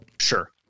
sure